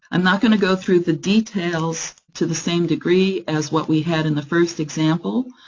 i'm not going to go through the details to the same degree as what we had in the first example,